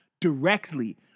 directly